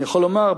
אני יכול לומר,